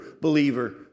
believer